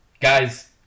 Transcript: guys